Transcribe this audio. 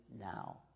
now